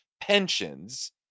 pensions